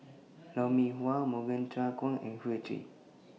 Lou Mee Wah Morgan Chua and Goi Seng Hui